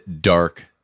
dark